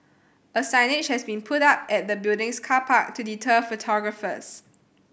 a signage has been put up at the building's car park to deter photographers